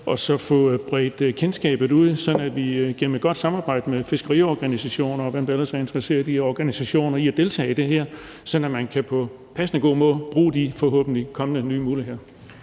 at få bredt kendskabet ud, sådan at vi gennem et godt samarbejde med fiskeriorganisationer, og hvem der ellers er interesseret i at deltage i det her, på en passende, god måde kan bruge de forhåbentlig kommende nye muligheder.